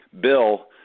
Bill